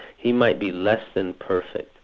he might be less than perfect.